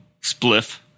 Spliff